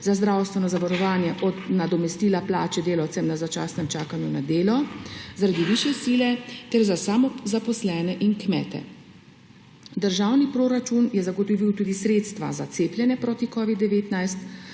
za zdravstveno zavarovanje od nadomestila plače delavcem na začasnem čakanju na delo, zaradi višje sile ter za samozaposlene in kmete. Državni proračun je zagotovil tudi sredstva za cepljenje proti covidu-19,